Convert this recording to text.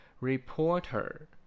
Reporter